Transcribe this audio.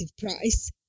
price